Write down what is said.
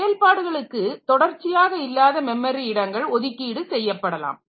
செயல்பாடுகளுக்கு தொடர்ச்சியாக இல்லாத மெமரி இடங்கள் ஒதுக்கீடு செய்யப்படலாம்